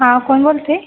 हां कोण बोलत आहे